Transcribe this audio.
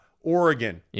Oregon